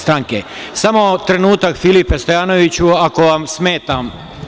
Samo trenutak Filipe Stojanoviću, ako vam smetam.